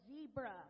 zebra